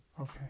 okay